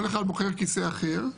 כל אחד מוכר כיסא אחר.